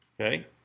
Okay